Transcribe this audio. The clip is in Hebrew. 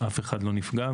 אני שואל אותך עשהאל.